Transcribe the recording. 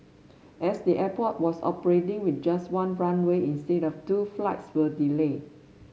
as the airport was operating with just one runway instead of two flights were delayed